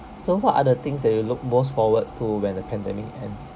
so what are the things that you look most forward to when the pandemic end